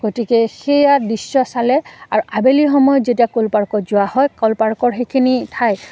গতিকে সেয়া দৃশ্য চালে আৰু আবেলি সময়ত যেতিয়া ক'ল পাৰ্কত যোৱা হয় ক'ল পাৰ্কৰ সেইখিনি ঠাই